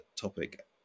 topic